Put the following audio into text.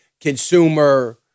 consumer